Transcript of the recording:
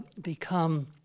become